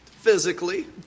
physically